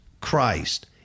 Christ